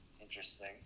Interesting